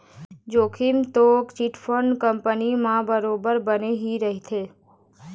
जोखिम तो chit fund company मन म बरोबर बने ही रहिथे